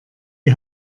die